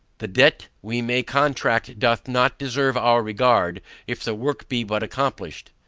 the debt we may contract doth not deserve our regard if the work be but accomplished.